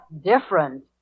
different